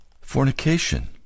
Fornication